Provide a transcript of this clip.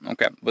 Okay